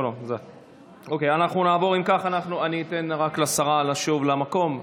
אני רק אתן לשרה לשוב למקום.